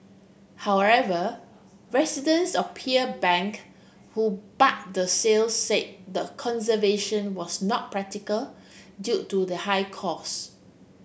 however residents of Pearl Bank who the sale say the conservation was not practical due to the high cost